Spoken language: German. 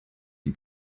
die